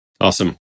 Awesome